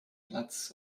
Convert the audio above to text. platz